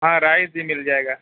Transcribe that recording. ہاں رائس بھی مِل جائے گا